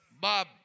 Bob